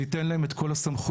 זה ייתן להם את כל הסמכויות.